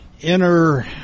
inner